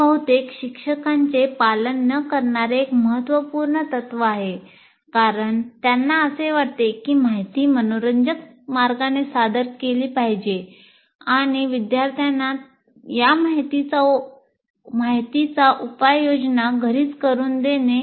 हे बहुतेक शिक्षकांचे पालन न करणारे एक महत्त्वपूर्ण तत्व आहे कारण त्यांना असे वाटते की माहिती मनोरंजक मार्गाने सादर केली पाहिजे आणि विद्यार्थ्यांना या माहितीची उपाययोजना घरीच करू देणे